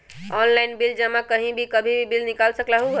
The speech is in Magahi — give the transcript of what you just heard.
ऑनलाइन बिल जमा कहीं भी कभी भी बिल निकाल सकलहु ह?